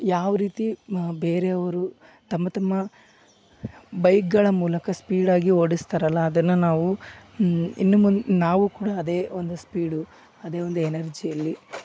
ಯಾವ ರೀತಿ ಬೇರೆಯವರು ತಮ್ಮ ತಮ್ಮ ಬೈಕ್ಗಳ ಮೂಲಕ ಸ್ಪೀಡಾಗಿ ಓಡಿಸ್ತಾರೆ ಅಲ್ಲ ಅದನ್ನ ನಾವು ಇನ್ನು ಮುಂದ್ ನಾವು ಕೂಡ ಅದೇ ಒಂದು ಸ್ಪೀಡು ಅದೇ ಒಂದು ಎನರ್ಜಿಯಲ್ಲಿ